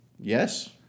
Yes